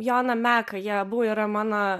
joną meką jie abu yra mano